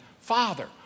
father